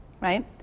right